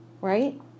right